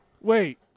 Wait